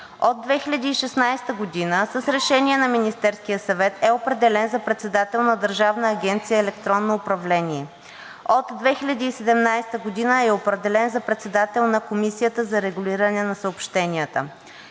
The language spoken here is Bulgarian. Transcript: От 2016 г. с решение на Министерския съвет е определен за председател на Държавна агенция „Електронно управление“. От 2017 г. е определен за председател на Комисията за регулиране на съобщенията.